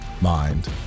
mind